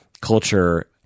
culture